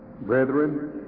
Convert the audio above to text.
brethren